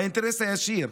אינטרס ישיר.